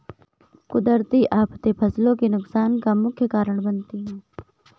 कुदरती आफतें फसलों के नुकसान का मुख्य कारण बनती है